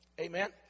Amen